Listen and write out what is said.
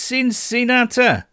Cincinnati